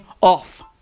off